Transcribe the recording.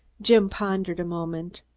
jim pondered a moment.